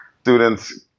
students